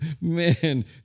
Man